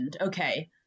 okay